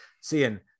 seeing